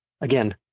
again